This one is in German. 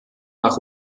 nach